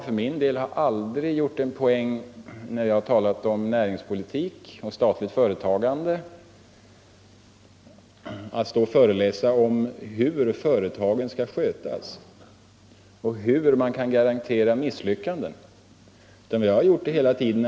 För min del har jag aldrig när jag talat om näringspolitik och statligt företagande försökt föreläsa om hur företagen skall skötas och hur man skall garantera att det inte blir några misslyckanden.